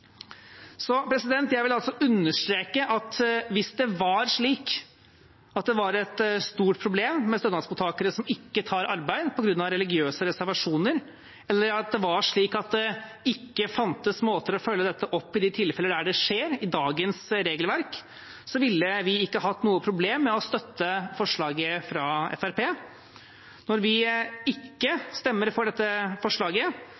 Jeg vil understreke at hvis det var slik at det var et stort problem med stønadsmottakere som ikke tar arbeid på grunn av religiøse reservasjoner, eller det var slik at det ikke fantes måter å følge dette opp i dagens regelverk i de tilfeller der det skjer, ville vi ikke hatt noe problem med å støtte forslaget fra Fremskrittspartiet. Når vi ikke stemmer for dette forslaget,